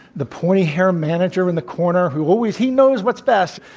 the pointy-hair manager in the corner, who always he knows what's best.